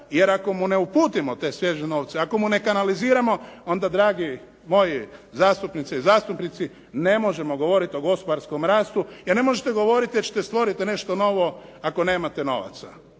Jer ako mu ne uputimo te svježe novce, ako mu ne …/Govornik se ne razumije/ onda dragi moji zastupnice i zastupnici, ne možemo govoriti o gospodarskom rastu jer ne možete govoriti da ćete stvoriti nešto novo ako nemate novaca.